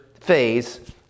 phase